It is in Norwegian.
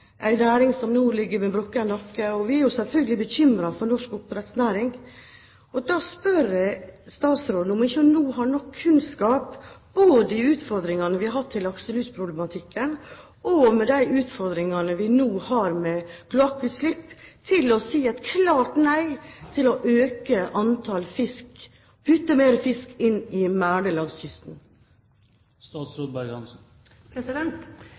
som nå ligger med brukket rygg. Vi er selvfølgelig bekymret for norsk oppdrettsnæring. Da spør jeg statsråden om hun nå ikke har nok kunnskap, både når det gjelder utfordringene vi har hatt med lakselusproblematikken, og de utfordringene vi nå har med kloakkutslipp, til å si et klart nei til å øke antall fisk